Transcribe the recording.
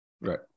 Right